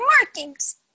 markings